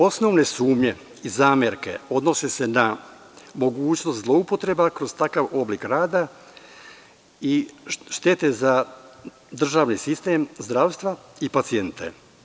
Osnovne sumnje i zamerke odnose se na mogućnost zloupotreba kroz takav oblik rada i štete za državni sistem zdravstva i pacijente.